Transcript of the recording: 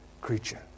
creature